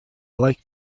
like